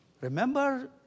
Remember